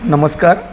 नमस्कार